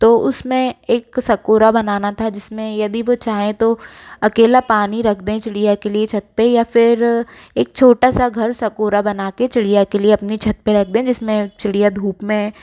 तो उसमें एक सकोरा बनाना था जिसमें यदि वो चाहें तो अकेला पानी रख दें चिड़िया के लिए छत पे या फिर एक छोटा सा घर सकोरा बनाके चिड़िया के लिए अपने छत पे रख दें जिसमें चिड़िया धूप में